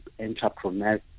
entrepreneurs